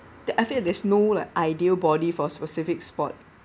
I feel like there's no like ideal body for specific sport